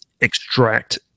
Extract